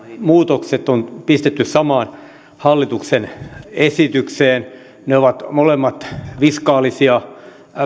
muutokset on pistetty samaan hallituksen esitykseen ne ovat molemmat fiskaalisia